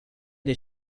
dei